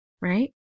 right